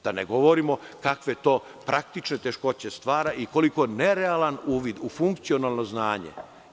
Da ne govorimo o tome kakve to praktične teškoće stvara i koliko je nerealan uvid u funkcionalno znanje.